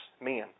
men